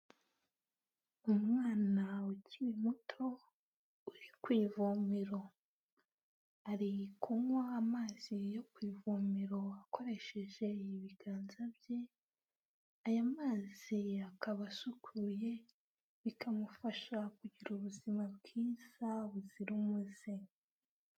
Umwana ukiri muto uri ku ivomero, ari kunywa amazi yo ku ivomero akoresheje ibiganza bye, aya mazi yakaba asukuye, bikamufasha kugira ubuzima bwiza buzira umuze.